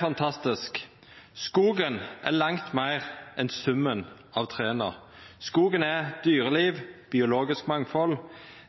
fantastisk. Skogen er langt meir enn summen av trea. Skogen er dyreliv, biologisk mangfald,